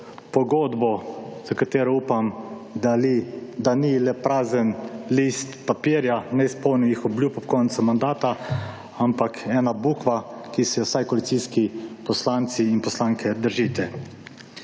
pogodbo, za katero upam, da ni le prazen list papirja neizpolnjenih obljub ob koncu mandata, ampak ena »bukva«, ki si jo vsaj koalicijski poslanci in poslanke držite.